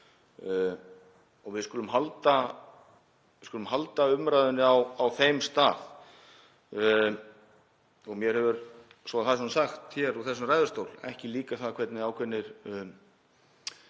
Við skulum halda umræðunni á þeim stað. Mér hefur, svo það sé sagt hér úr þessum ræðustól, ekki líkað það hvernig ákveðnir